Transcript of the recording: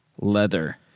leather